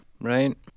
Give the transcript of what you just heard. right